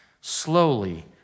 slowly